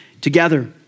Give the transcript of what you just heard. together